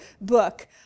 book